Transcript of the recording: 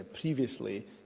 previously